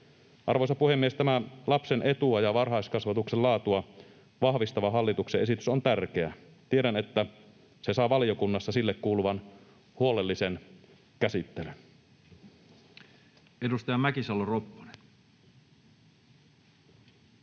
Arvoisa puhemies! Tämä lapsen etua ja varhaiskasvatuksen laatua vahvistava hallituksen esitys on tärkeä. Tiedän, että se saa valiokunnassa sille kuuluvan huolellisen käsittelyn.